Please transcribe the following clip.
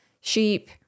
sheep